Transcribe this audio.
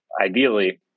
ideally